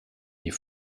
die